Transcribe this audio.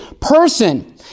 person